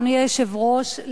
אדוני היושב-ראש,